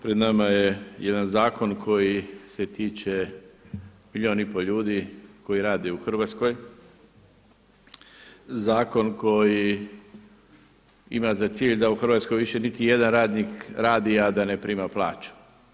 Prema nama je jedan zakon koji se tiče milijun i pol ljudi koji rade u Hrvatskoj, zakon koji ima za cilj da u Hrvatskoj više niti jedan radnik radi, a da ne prima plaću.